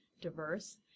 diverse